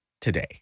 today